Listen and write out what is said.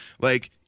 Like-